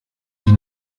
die